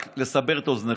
רק לסבר את אוזניך.